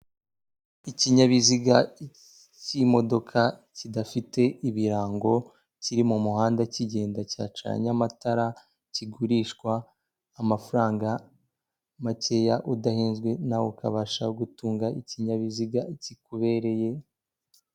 Ikinyabiziga cy'imodoka kidafite ibirango, kiri mu muhanda kigenda cyacanye amatara, kigurishwa amafaranga makeya udahenzwe nawe ukabasha gutunga ikinyabiziga kikubereye.